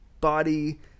body